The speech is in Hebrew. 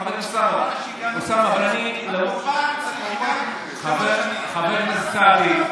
חבר הכנסת אוסאמה, חבר הכנסת סעדי,